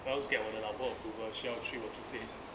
然后掉我的老婆如何需要去 workplace